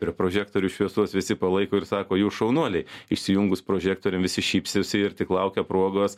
ir prožektorių šviesos visi palaiko ir sako jūs šaunuoliai išsijungus prožektoriam visi šypsosi ir tik laukia progos